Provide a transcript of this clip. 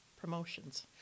promotions